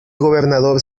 gobernador